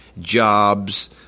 jobs